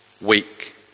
weak